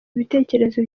ibitekerezo